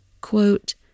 Quote